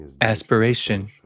aspiration